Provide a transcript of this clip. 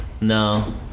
No